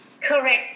Correct